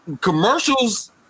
commercials